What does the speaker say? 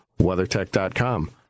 WeatherTech.com